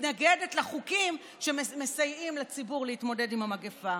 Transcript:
מתנגדים לחוקים שמסייעים לציבור להתמודד עם המגפה.